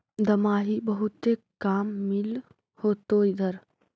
दमाहि बहुते काम मिल होतो इधर?